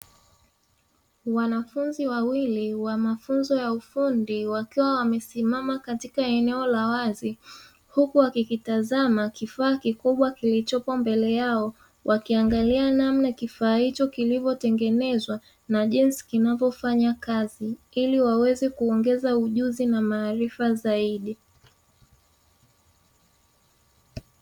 Wanafunzi wawili wa mafunzo ya ufundi wakiwa wamesimama katika eneo la wazi, huku wakikitazama kifaa kikubwa kilichopo mbele yao. Wakiangalia namna kifaa hicho kilivyotengenezwa na jinsi kinavyofanya kazi, ili waweze kuongeza ujuzi na maarifa zaidi.